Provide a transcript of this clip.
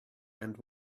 and